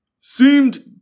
Seemed